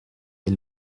est